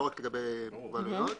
לא רק לגבי מוגבלויות,